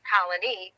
Colony